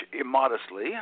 immodestly